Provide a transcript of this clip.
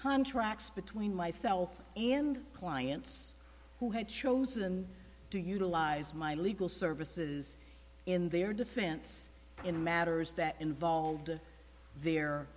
contracts between myself and clients who had chosen to utilize my legal services in their defense in matters that involved their the